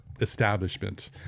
establishment